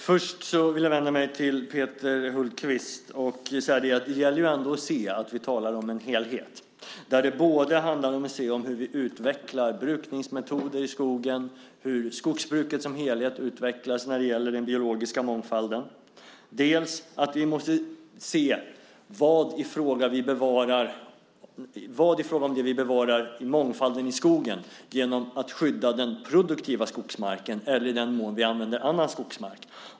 Fru talman! Först vill jag vända mig till Peter Hultqvist och säga att det ändå gäller att se att vi talar om en helhet, där det både handlar om hur vi utvecklar brukningsmetoder i skogen och hur skogsbruket som helhet utvecklas när det gäller den biologiska mångfalden. Det andra är att vi måste se vad vi bevarar i mångfalden i skogen genom att skydda den produktiva skogsmarken eller i den mån vi använder annan skogsmark.